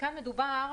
כאן מדובר,